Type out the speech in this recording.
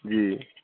जी